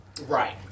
Right